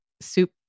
soup